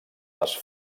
les